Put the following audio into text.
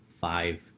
five